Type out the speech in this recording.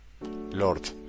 Lord